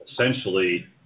essentially